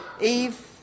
Eve